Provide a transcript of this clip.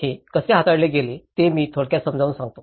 हे कसे हाताळले गेले ते मी थोडक्यात समजावून सांगते